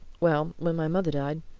well, when my mother died,